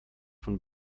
von